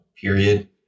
period